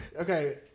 okay